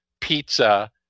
pizza